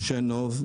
משה נוב,